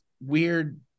weird